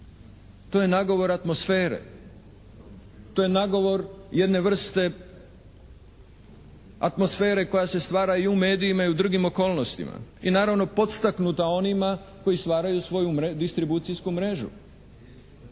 To je nagovor atmosfere, to je nagovor jedne vrste atmosfere koja se stvara i u medijima i u drugim okolnostima i naravno podstaknuta onima koji stvaraju svoju distribucijsku mrežu